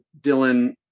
Dylan